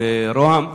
וראש הממשלה,